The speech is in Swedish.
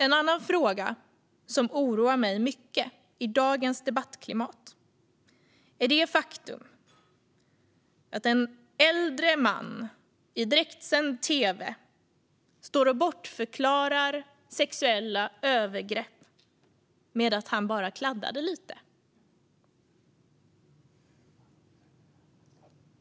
En annan fråga som oroar mig mycket i dagens debattklimat är det faktum att en äldre man i direktsänd tv står och bortförklarar sexuella övergrepp med att han bara kladdade lite.